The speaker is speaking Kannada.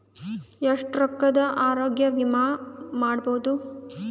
ಎಷ್ಟ ರೊಕ್ಕದ ಆರೋಗ್ಯ ವಿಮಾ ಮಾಡಬಹುದು?